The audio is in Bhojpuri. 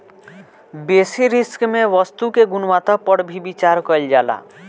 बेसि रिस्क में वस्तु के गुणवत्ता पर भी विचार कईल जाला